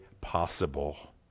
possible